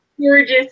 gorgeous